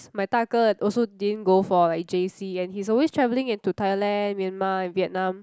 my 大哥 also didn't go for like j_c and he's always traveling into Thailand Myanmar and Vietnam